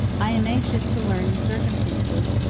i am anxious to learn the circumstances,